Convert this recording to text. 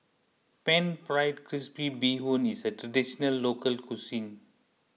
Pan Fried Crispy Bee Hoon is a Traditional Local Cuisine